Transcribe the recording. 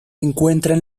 encuentran